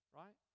right